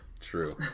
True